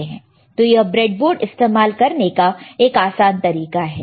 तो यह ब्रेडबोर्ड इस्तेमाल करने का एक आसान तरीका है